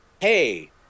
hey